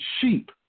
sheep